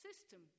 system